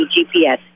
GPS